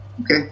Okay